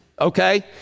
Okay